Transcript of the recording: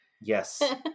yes